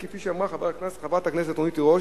כפי שאמרה חברת הכנסת רונית תירוש,